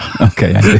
Okay